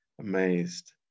amazed